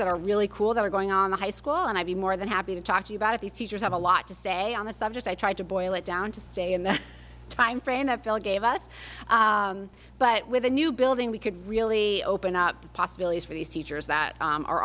that are really cool that are going on the high school and i'd be more than happy to talk to you about the teachers have a lot to say on the subject i tried to boil it down to say in the time frame that bill gave us but with a new building we could really open up the possibilities for these teachers that